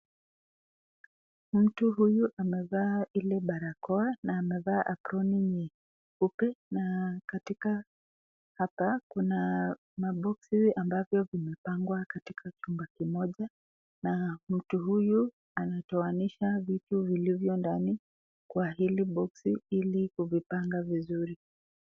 Mtu huyu amevaa ile barakoa na amevaa aproni ile nyeupe na katika hapa kuna maboksi ambavyo vimepangwa katika chumba kimoja, na mtu huyu anatoanisha vitu vilivyo ndani kwa hili boksi ili kuvipanga vizuri.